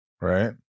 right